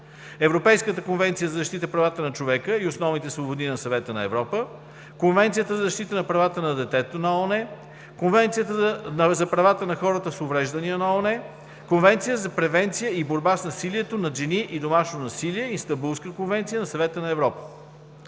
Европейската конвенция за защита направата на човека и основните свободи на Съвета на Европа, Конвенцията за защита на правата на детето на ООН, Конвенцията за правата на хората с увреждания на ООН, Конвенция за превенция и борба с насилието над жени и домашното насилие (Истанбулска конвенция) на Съвета на Европа.